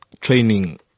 training